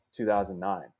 2009